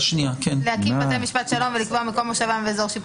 סעיף (א): "להקים בתי משפט שלום ולקבוע מקום מושבם ואזור שיפוטם"